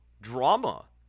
drama